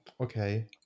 Okay